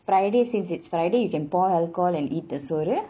friday since it's friday you can pour alcohol and eat the soru